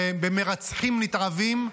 במרצחים נתעבים,